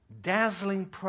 dazzling